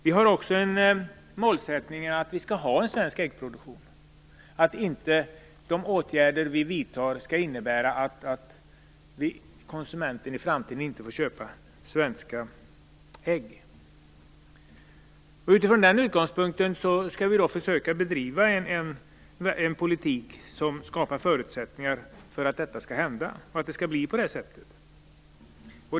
Vi har vidare den målsättningen att vi skall ha en svensk äggproduktion. De åtgärder vi vidtar, skall inte innebära att konsumenterna i framtiden inte får köpa svenska ägg. Vi skall försöka bedriva en politik som skapar förutsättningar för att det inte blir på det sättet.